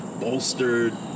bolstered